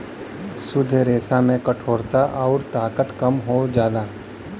शुद्ध रेसा में कठोरता आउर ताकत कम हो जाला